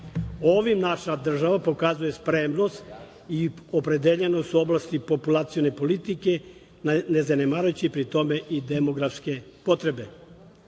Ovim naša država pokazuje spremnost i opredeljenost u oblasti populacione politike, ne zanemarujući pri tome i demografske